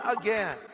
again